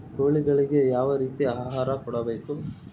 ಕೋಳಿಗಳಿಗೆ ಯಾವ ರೇತಿಯ ಆಹಾರ ಕೊಡಬೇಕು?